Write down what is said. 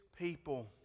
people